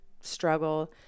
struggle